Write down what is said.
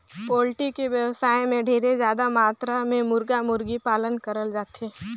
poultry के बेवसाय में ढेरे जादा मातरा में मुरगा, मुरगी पालन करल जाथे